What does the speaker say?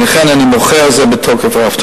ולכן אני מוחה על זה בתוקף רב.